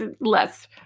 less